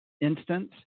instance